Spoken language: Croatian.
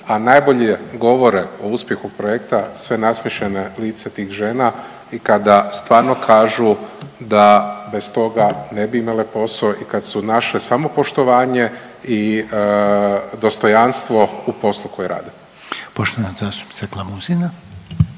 a najbolje govore o uspjehu projekta sva nasmiješena lica tih žena i kada stvarno kažu da bez toga ne bi imale posao. I kad su našle samopoštovanje i dostojanstvo u poslu koji rade. **Reiner, Željko